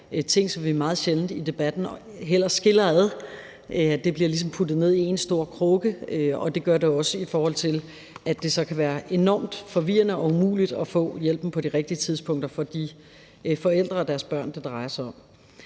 ting, som vi meget sjældent i debatten skiller ad; det bliver ligesom puttet ned i én stor krukke, og det gør også, at det så kan være enormt forvirrende og umuligt at få hjælpen på det rigtige tidspunkt for de forældre og deres børn, som det drejer sig om.